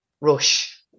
rush